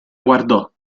guardò